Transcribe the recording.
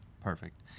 perfect